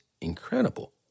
incredible